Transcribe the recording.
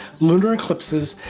lunar eclipses,